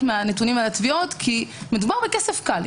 מהנתונים על התביעות כי מדובר בכסף קל.